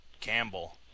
Campbell